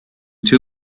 too